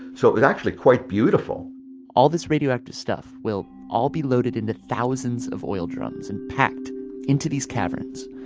so it was actually quite beautiful all this radioactive stuff will all be loaded into thousands of oil drums and packed into these caverns.